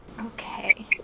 Okay